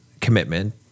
commitment